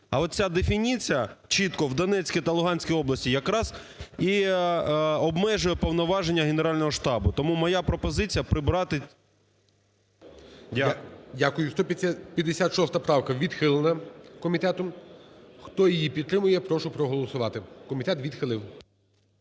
А от ця дефініція, чітко в Донецькій та Луганській області, якраз і обмежує повноваження Генерального штабу. Тому моя пропозиція прибрати… ГОЛОВУЮЧИЙ. Дякую. 156 правка відхилена комітетом. Хто її підтримує, прошу проголосувати. Комітет відхилив.